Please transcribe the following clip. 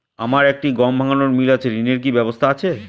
আমার একটি গম ভাঙানোর মিল আছে ঋণের কি ব্যবস্থা আছে?